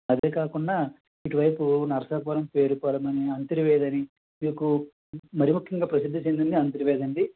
అదేకాకుండా ఇటువైపు నరసాపురం పేరుపాలెం అని అంతర్వేది అని మీకు మరీ ముఖ్యంగా ప్రసిద్ధి చెందింది అంతర్వేది అండి